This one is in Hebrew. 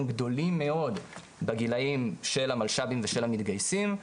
גדולים מאוד בגילאים של המלש"בים ושל המתגייסים,